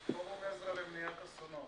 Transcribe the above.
"פורום עזרא" למניעת אסונות.